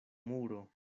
muro